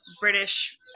British